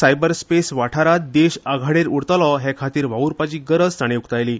cyber space वाठारात देश आघाडेर उरतलो हे खातीर वावुरपाची गरज ताणी उकतायली